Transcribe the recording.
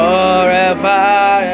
Forever